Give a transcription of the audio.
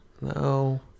No